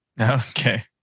Okay